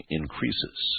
increases